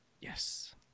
Yes